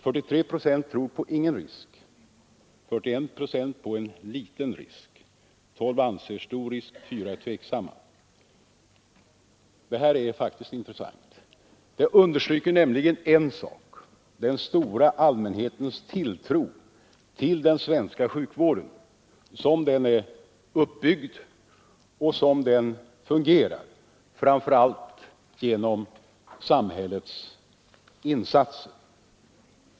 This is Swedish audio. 43 procent tror på ingen risk och 41 procent tror på en liten risk, medan 12 procent anser att det är stor risk och 4 procent är tveksamma. Detta understryker den stora allmänhetens tilltro till den svenska sjukvården som den är uppbyggd och som den fungerar, framför allt genom samhällets insatser.